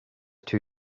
too